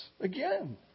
again